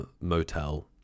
motel